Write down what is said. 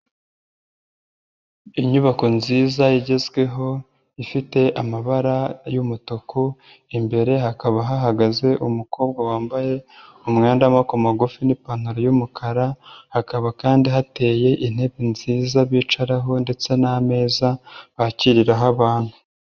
Inyubako nziza igezweho ifite amabara y'umutuku, imbere hakaba hahagaze umukobwa wambaye umwenda w'amaboko magufi n'ipantaro y'umukara, hakaba kandi hateye intebe nziza bicaraho ndetse n'ameza bakiriraho abantu.